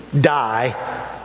die